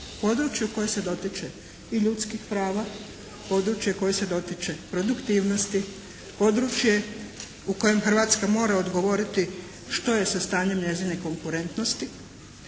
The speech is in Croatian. područje koje se dotiče produktivnosti, područje u kojem Hrvatska mora odgovoriti što je sa stanjem njezine konkurentnosti.